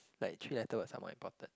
like three letter words are more important